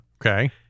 Okay